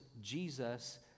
Jesus